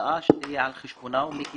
שההוצאה תהיה על חשבונה ומכיסה.